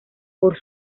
por